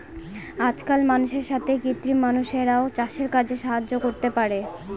আজকাল মানুষের সাথে কৃত্রিম মানুষরাও চাষের কাজে সাহায্য করতে পারে